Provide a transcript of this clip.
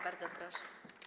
Bardzo proszę.